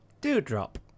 Dewdrop